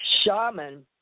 Shaman